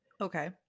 okay